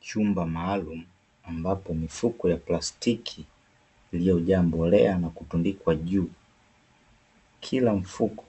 Chumba maalumu ambapo mifuko ya plastiki iliyojaa mbolea na kutundikwa juu. Kila mfuko